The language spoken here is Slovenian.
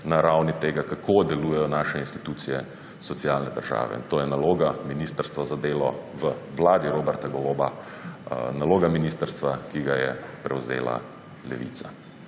na ravni tega, kako delujejo naše institucije socialne države. To je naloga ministrstva za delo v vladi Roberta Goloba, naloga ministrstva, ki ga je prevzela Levica.